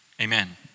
Amen